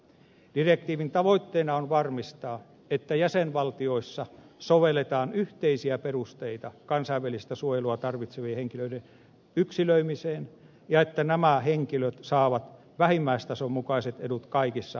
direktiivin tavoitteena on varmistaa että jäsenvaltioissa sovelletaan yhteisiä perusteita kansainvälistä suojelua tarvitsevien henkilöiden yksilöimiseen ja että nämä henkilöt saavat vähimmäistason mukaiset edut kaikissa jäsenvaltioissa